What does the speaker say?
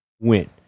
win